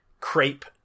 crepe